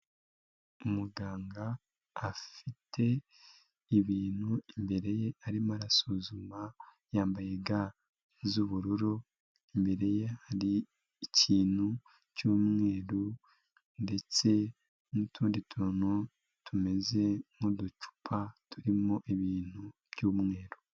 Umuganga afite ibintu imbere ye arimo arasuzuma yambaye ga z'ubururu imbere ye hari ikintu cyu'mweru ndetse n'utundi tuntu tumeze nk'uducupa turimo ibintu by'mweru.